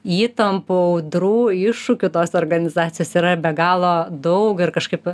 įtampų audrų iššūkių tose organizacijose yra be galo daug ir kažkaip